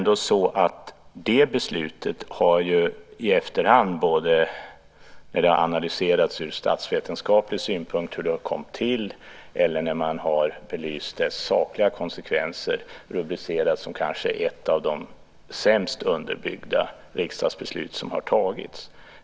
Det har ju i efterhand ur statsvetenskaplig synpunkt analyserats hur det beslutet kom till och belysts vilka sakliga konsekvenser det har och då blivit rubricerat som ett av de kanske sämst underbyggda riksdagsbeslut som har tagits.